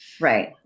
right